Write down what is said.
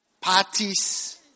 Parties